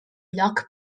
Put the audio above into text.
lloc